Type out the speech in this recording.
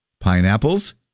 Pineapples